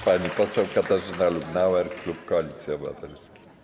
Pani poseł Katarzyna Lubnauer, klub Koalicja Obywatelska.